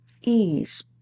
ease